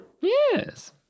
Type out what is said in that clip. Yes